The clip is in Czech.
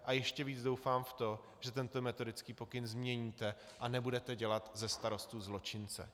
A ještě víc doufám v to, že tento metodický pokyn změníte a nebudete dělat ze starostů zločince.